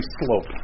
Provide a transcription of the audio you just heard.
slope